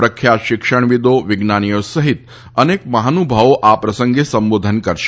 પ્રખ્યાત શિક્ષણવિદો વિજ્ઞાનીઓ સહિત અનેક મહાનુભાવો આ પ્રસંગે સંબોધન કરશે